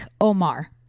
Omar